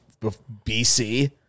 BC